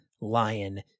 lion